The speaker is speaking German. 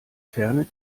ferne